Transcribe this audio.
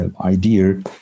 idea